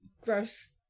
Gross